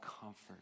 comfort